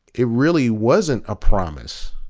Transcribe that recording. it really wasn't a promise.